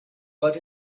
but